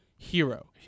Hero